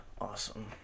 awesome